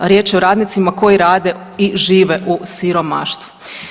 Riječ je o radnicima koji rade i žive u siromaštvu.